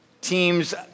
teams